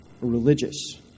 religious